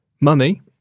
Mummy